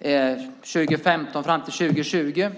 år 2015 och fram till år 2020.